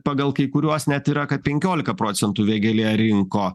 pagal kai kuriuos net yra kad penkiolika procentų vėgėlė rinko